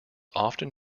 often